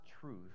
truth